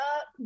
up